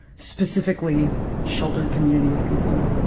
specifically sheltered community of people.